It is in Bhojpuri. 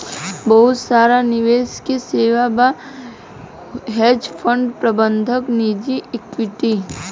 बहुत सारा निवेश के सेवा बा, हेज फंड प्रबंधन निजी इक्विटी